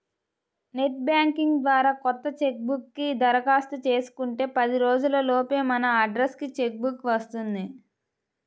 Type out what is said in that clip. net banking ద్వారా కొత్త cheque book కి దరఖాస్తు చేసుకుంటే పది రోజుల లోపే మన అడ్రస్ కి చెక్ బుక్ వస్తుంది